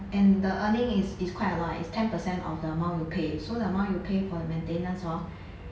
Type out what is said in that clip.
and the earning is is quite a lot eh it's ten percent of the amount you pay so the amount you pay for the maintenance hor